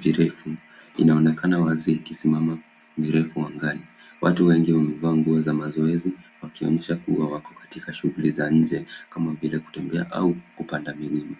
virefu inaonekana wazi ikisimama virefu angani. Watu wengi wamevaa nguo za mazoezi wakionyesha kuwa wako shughuli za nje kama vile kutembea au kupanda milima.